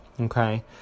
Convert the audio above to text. okay